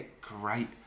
great